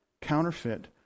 Counterfeit